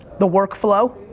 the work flow,